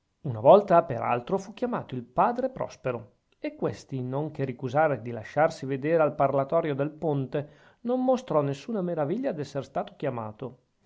una volta per altro fu chiamato il padre prospero e questi non che ricusare di lasciarsi vedere al parlatorio del ponte non mostrò nessuna meraviglia d'essere stato chiamato